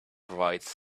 provides